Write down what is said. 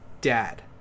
dad